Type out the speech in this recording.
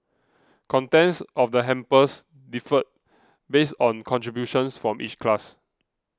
contents of the hampers differed based on contributions from each class